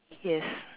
yes